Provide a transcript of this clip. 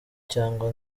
cyangwa